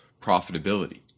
profitability